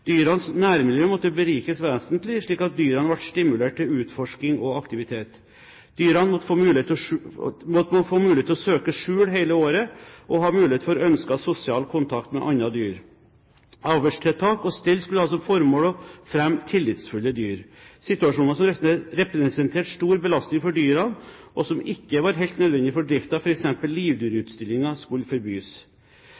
Dyrenes nærmiljø måtte berikes vesentlig, slik at dyrene ble stimulert til utforsking og aktivitet. Dyrene måtte få mulighet for å søke skjul hele året og ha mulighet for ønsket sosial kontakt med andre dyr. Avlstiltak og stell skulle ha som formål å fremme tillitsfulle dyr. Situasjoner som representerte stor belastning for dyrene, og som ikke var helt nødvendig for